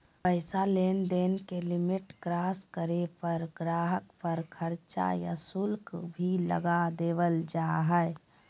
पैसा लेनदेन के लिमिट क्रास करे पर गाहक़ पर चार्ज या शुल्क भी लगा देवल जा हय